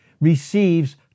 receives